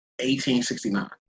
1869